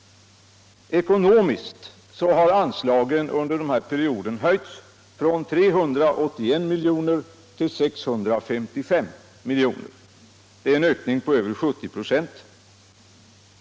Ekonomiskt har anslagen under denna period höjts från 381 milj.kr. till 655 milj.kr. — en ökning på över 70 26.